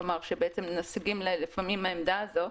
כלומר שבעצם נסוגים לפעמים מן העמדה הזאת,